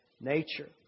nature